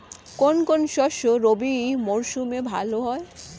কোন কোন শস্য রবি মরশুমে ভালো হয়?